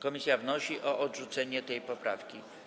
Komisja wnosi o odrzucenie tej poprawki.